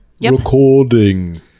Recording